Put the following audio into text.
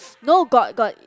no got got